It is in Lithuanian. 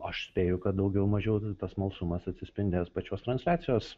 aš spėju kad daugiau mažiau tas smalsumas atsispindės pačios transliacijos